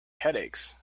headaches